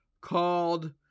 called